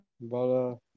Bala